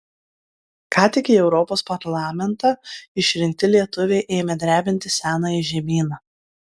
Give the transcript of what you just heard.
ką tik į europos parlamentą išrinkti lietuviai ėmė drebinti senąjį žemyną